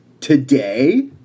Today